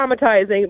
traumatizing